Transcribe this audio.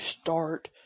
start